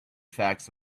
facts